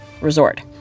resort